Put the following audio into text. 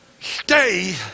stay